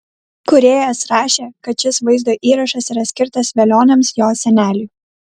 kūrėjas rašė kad šis vaizdo įrašas yra skirtas velioniams jo seneliui